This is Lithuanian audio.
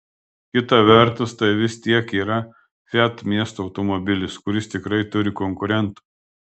kita vertus tai vis tiek yra fiat miesto automobilis kuris tikrai turi konkurentų